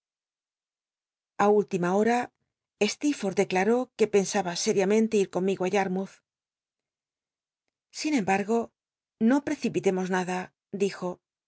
a última hora stcerforlb declaró que pensa ba sériamcntc ir conmigo á yarmouth sin embargo no precipitemos nada dijo